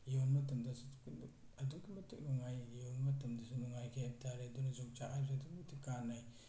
ꯌꯣꯟ ꯃꯇꯝꯗꯁꯨ ꯑꯗꯨꯛꯀꯤ ꯃꯇꯤꯛ ꯅꯨꯡꯉꯥꯏ ꯌꯣꯟꯕ ꯃꯇꯝꯗꯁꯨ ꯅꯨꯡꯉꯥꯏꯈꯤ ꯍꯥꯏꯇꯥꯔꯦ ꯑꯗꯨꯅꯁꯨ ꯌꯣꯡꯆꯥꯛ ꯍꯥꯏꯕꯁꯦ ꯑꯗꯨꯛꯀꯤ ꯃꯇꯤꯛ ꯀꯥꯟꯅꯩ